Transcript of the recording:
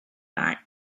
night